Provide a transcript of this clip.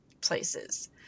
places